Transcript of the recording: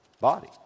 body